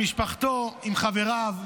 במשפחתו עם חבריו,